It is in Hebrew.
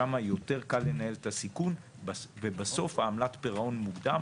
שם יותר קל לנהל את הסיכון ובסוף העמלת פירעון מוקדם